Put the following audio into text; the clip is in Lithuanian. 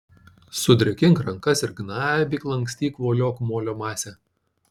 sudrėkink rankas ir gnaibyk lankstyk voliok molio masę